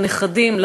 לנכדים,